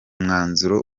mwanzuro